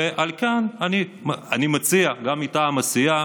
ועל כן אני מציע, גם מטעם הסיעה,